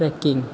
trekking